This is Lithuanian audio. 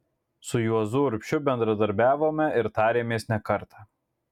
su juozu urbšiu bendradarbiavome ir tarėmės ne kartą